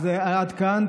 עד כאן.